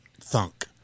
thunk